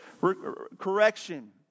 correction